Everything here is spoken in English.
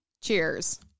Cheers